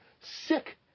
sick